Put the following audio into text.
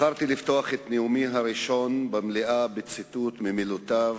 בחרתי לפתוח את נאומי הראשון במליאה בציטוט ממילותיו